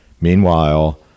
Meanwhile